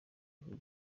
ivuga